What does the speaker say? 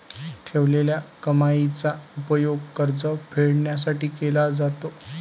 ठेवलेल्या कमाईचा उपयोग कर्ज फेडण्यासाठी केला जातो